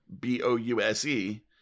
b-o-u-s-e